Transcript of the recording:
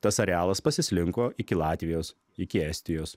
tas arealas pasislinko iki latvijos iki estijos